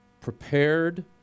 Prepared